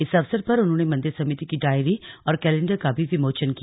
इस अवसर पर उन्होंने मंदिर समिति की डायरी और कैलेंडर का भी विमोचन किया